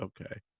Okay